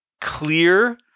clear